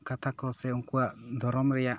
ᱠᱟᱛᱷᱟ ᱠᱚ ᱥᱮ ᱩᱱᱠᱩᱣᱟᱜ ᱫᱷᱚᱨᱚᱢ ᱨᱮᱭᱟᱜ